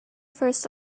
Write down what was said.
forced